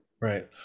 right